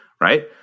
right